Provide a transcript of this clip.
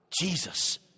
Jesus